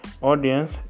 audience